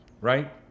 Right